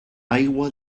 aigua